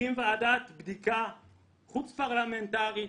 הקים ועדת בדיקה חוץ פרלמנטרית